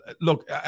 look